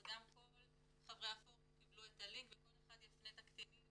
אז גם כל חברי הפורום קיבלו את הלינק וכל אחד יפנה את הקטינים,